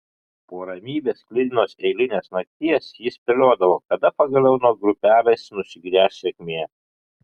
po ramybės sklidinos eilinės nakties jis spėliodavo kada pagaliau nuo grupelės nusigręš sėkmė